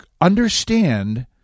understand